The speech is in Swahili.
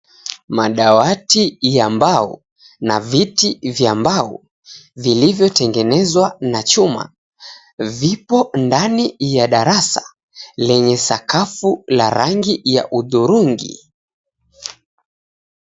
Madawati ya mbao na viti vya mbao vilivyo tengenezwa na chuma vipo ndani ya darasa lenye sakafu la rangi ya hudhurungui